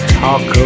talk